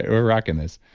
we're rocking this,